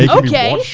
ah okay,